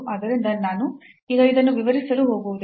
ಆದ್ದರಿಂದ ನಾನು ಈಗ ಇದನ್ನು ವಿವರಿಸಲು ಹೋಗುವುದಿಲ್ಲ